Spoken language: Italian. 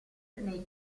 nei